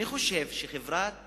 אני חושב שחברת "מקורות"